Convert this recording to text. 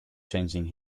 changing